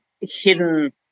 hidden